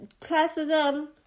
classism